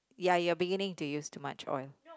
ya you're beginning to use too much oil